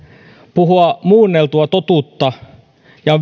puhua muunneltua totuutta ja